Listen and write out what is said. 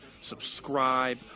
Subscribe